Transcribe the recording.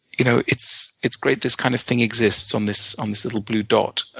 you know it's it's great this kind of thing exists on this on this little blue dot.